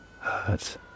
hurts